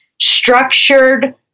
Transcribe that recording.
structured